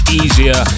easier